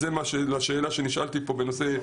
זה לגבי השאלה על תפילות